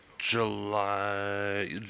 July